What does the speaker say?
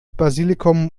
basilikum